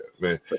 man